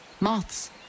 Moths